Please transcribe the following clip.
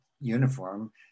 uniform